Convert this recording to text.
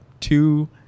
two